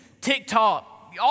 TikTok